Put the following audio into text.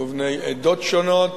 ובני עדות שונות,